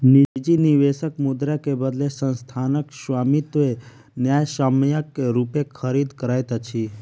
निजी निवेशक मुद्रा के बदले संस्थानक स्वामित्व न्यायसम्यक रूपेँ खरीद करैत अछि